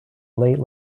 late